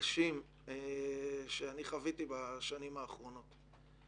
הקשים שאני חוויתי בשנים האחרונות.